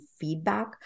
feedback